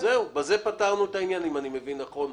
בזה פתרנו את העניין, אם אני מבין נכון.